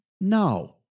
No